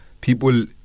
people